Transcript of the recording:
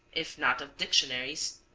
if not of dictionaries.